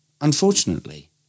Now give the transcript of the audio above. Unfortunately